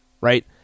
right